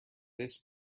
this